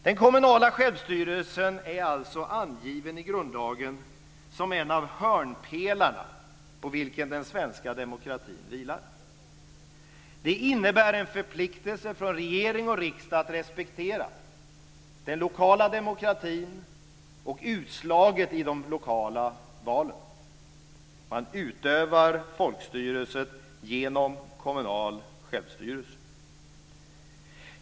Den kommunala självstyrelsen är alltså angiven i grundlagen som en av de hörnpelare på vilka den svenska demokratin vilar. Det innebär en förpliktelse för regering och riksdag att respektera den lokala demokratin och utslaget i de lokala valen. Man utövar folkstyrelsen genom kommunal självstyrelse.